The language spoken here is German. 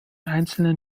einzelnen